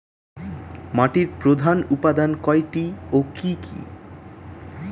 মাটির প্রধান উপাদান কয়টি ও কি কি?